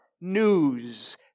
news